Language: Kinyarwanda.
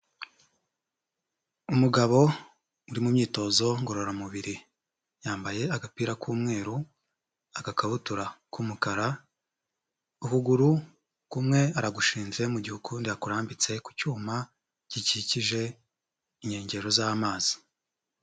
Umugabo uri mu myitozo ngororamubiri, yambaye agapira k'umweru, agakabutura k'umukara, ukuguru kumwe aragushinze mu gihe ukundi yakurambitse ku cyuma gikikije inkengero z'amazi.